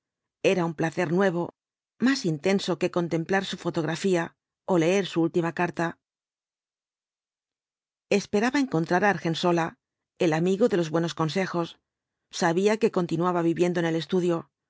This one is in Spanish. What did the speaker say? era un placer nuevo más intenso que contemplar su fotografía ó leer su última carta esperaba encontrar á argensola el amigo de los buenos consejos sabía que continuaba viviendo en el estudio